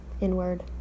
inward